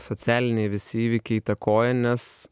socialiniai visi įvykiai įtakoja nes